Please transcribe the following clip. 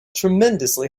tremendously